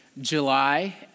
July